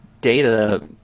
data